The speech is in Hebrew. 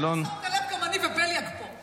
סליחה, אם לא שמת לב, גם אני ובליאק פה.